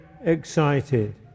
excited